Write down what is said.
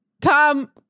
Tom